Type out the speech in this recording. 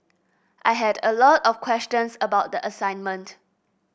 I had a lot of questions about the assignment